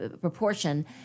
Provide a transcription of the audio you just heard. proportion